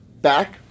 back